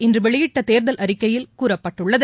இன்று வெளியிட்ட தேர்தல் அறிக்கையில் கூறப்பட்டுள்ளது